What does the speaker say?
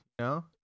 No